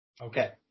Okay